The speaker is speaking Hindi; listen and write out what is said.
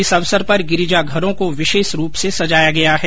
इस अवसर पर गिरिजाघरों को विशेष रूप से सजाया गया है